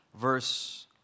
verse